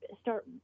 start